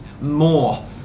more